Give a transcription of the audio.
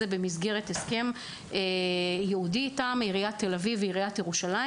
במסגרת הסכם ייעודי איתן תל-אביב וירושלים